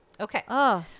Okay